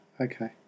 okay